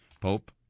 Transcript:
Pope